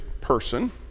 person